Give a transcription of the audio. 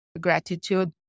gratitude